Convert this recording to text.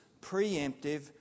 preemptive